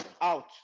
out